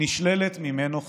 נשללת ממנו חירותו.